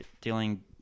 dealing